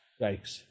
Yikes